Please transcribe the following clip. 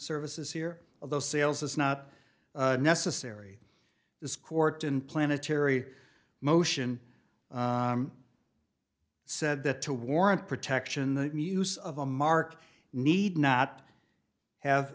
services here although sales is not necessary this court in planetary motion said that to warrant protection the use of a mark need not have